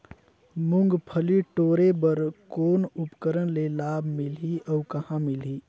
मुंगफली टोरे बर कौन उपकरण ले लाभ मिलही अउ कहाँ मिलही?